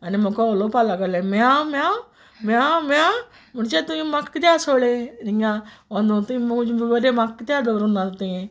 आनी म्हुको उलोवपा लागोलें म्यांव म्यांव म्यांव म्यांव म्हुणचे तूंय म्हाक कित्या सोडलें इंगा ओनू तूंय म्हूज बोरे म्हाक कित्या दोवरूं ना तुयें